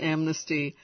Amnesty